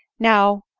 now,